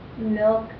milk